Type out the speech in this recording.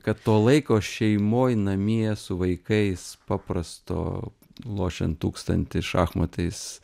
kad to laiko šeimoj namie su vaikais paprasto lošiant tūkstantį šachmatais